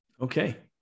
Okay